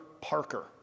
Parker